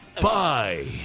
bye